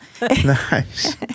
Nice